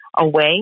away